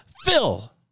Phil